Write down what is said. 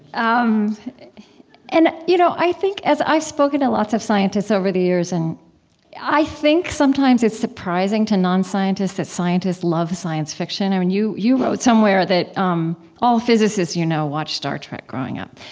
um and you know, i think as i've spoken to lots of scientists over the years and i think sometimes it's surprising to non-scientists that scientists love science fiction. i mean, you you wrote somewhere that um all physicists you know watched star trek growing up.